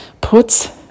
puts